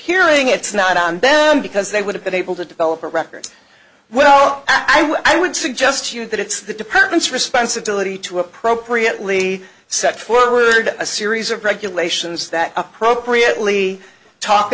hearing it's not on them because they would have been able to develop a record well i would suggest to you that it's the department's responsibility to appropriately set forward a series of regulations that appropriately talk